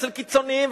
אצל קיצונים,